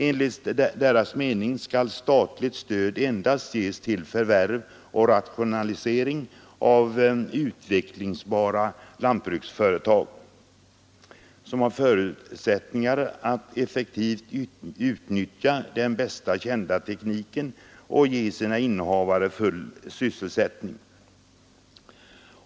Enligt deras mening skall statligt stöd endast ges till förvärv och rationalisering av utvecklingsbara lantbruksföretag som har förutsättningar att effektivt utnyttja den bästa kända tekniken och ge sina innehavare full sysselsättning.